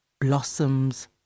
blossoms